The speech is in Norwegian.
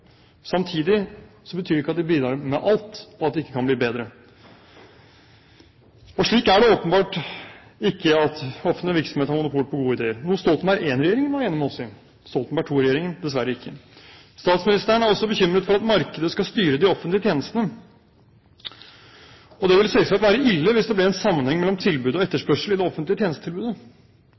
Samtidig betyr det ikke at de bidrar med alt, og at de ikke kan bli bedre. Det er åpenbart ikke slik at offentlig virksomhet har monopol på gode ideer – noe Stoltenberg I-regjeringen var enig med oss i, Stoltenberg II-regjeringen dessverre ikke. Statsministeren er også bekymret for at markedet skal styre de offentlige tjenestene, og det ville selvsagt være ille hvis det ble en sammenheng mellom tilbud og etterspørsel i det offentlige tjenestetilbudet.